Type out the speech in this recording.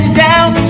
down